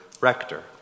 rector